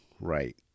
right